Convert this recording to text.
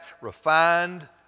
refined